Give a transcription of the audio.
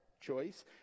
choice